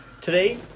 Today